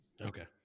Okay